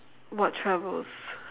what travels